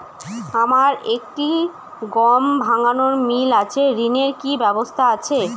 আমার একটি গম ভাঙানোর মিল আছে ঋণের কি ব্যবস্থা আছে?